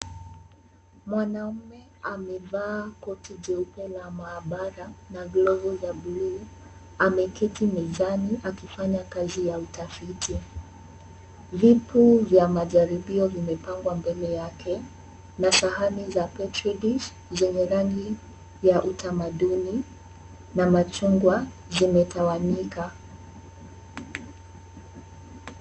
Mwanaume amevaa koti jeupe la maabara na glovu za bluu. Ameketi mezani akifanya kazi ya utafiti. Vitu vya majaribio vimepangwa mbele yake na sahani za petredish zenye rangi ya utamaduni na machungwa zimetawanyika.